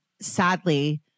sadly